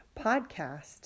podcast